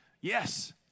Yes